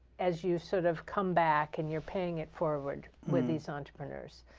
as you sort of come back and you're paying it forward with these entrepreneurs,